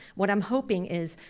what i'm hoping is,